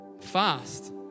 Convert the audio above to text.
fast